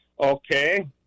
Okay